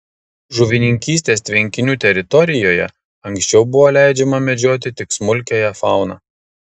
žuvininkystės tvenkinių teritorijoje anksčiau buvo leidžiama medžioti tik smulkiąją fauną